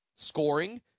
Scoring